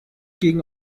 gegen